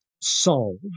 solved